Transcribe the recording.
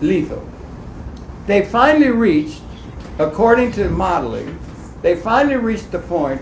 lethal they finally reached according to the modeling they finally reached the point